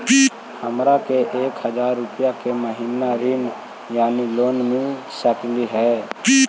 हमरा के एक हजार रुपया के मासिक ऋण यानी लोन मिल सकली हे?